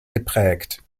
geprägt